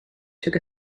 took